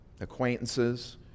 acquaintances